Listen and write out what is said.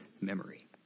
memory